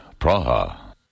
Praha